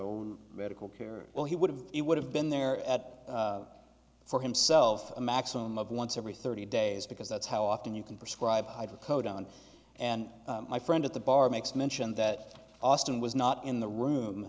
own medical care well he would have it would have been there at for himself a maximum of once every thirty days because that's how often you can prescribe hydrocodone and my friend at the bar makes mention that austin was not in the room